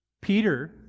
Peter